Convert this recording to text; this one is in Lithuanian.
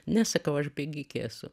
ne sakau aš bėgikė su